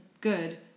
good